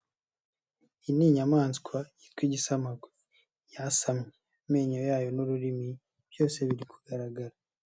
Iyi ni inyamaswa yitwa igisamagwe, yasamye amenyo yayo n'ururimi byose biri kugaragara.